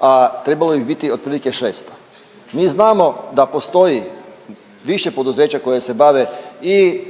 a trebalo bi ih biti otprilike 600. Mi znamo da postoji više poduzeća koja se bave i